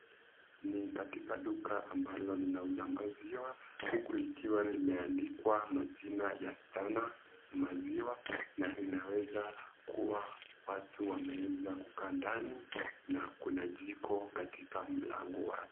Ni katika duka ambalo lina uza maziwa huku likiwa limeandikwa majina ya YUSTINA MAZIWA na linaweza kuwa watu wanaweza kukaa ndani na kuna jiko katika mlango wake.